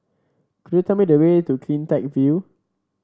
could you tell me the way to CleanTech View